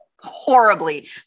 horribly